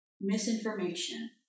misinformation